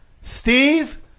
Steve